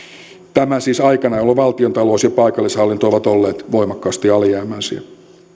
tämä siis aikana jolloin valtiontalous ja paikallishallinto ovat olleet voimakkaasti alijäämäisiä